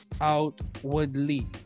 outwardly